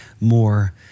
more